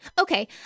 okay